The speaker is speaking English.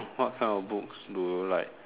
what kind of books do you like